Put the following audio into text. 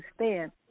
understand